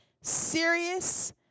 serious